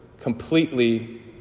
completely